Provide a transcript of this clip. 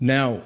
Now